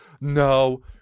no